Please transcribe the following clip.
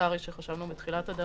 ההכרזה על הגבלה מלאה,